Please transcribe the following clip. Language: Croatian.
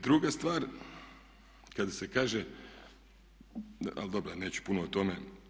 Druga stvar, kada se kaže ali dobro neću puno o tome.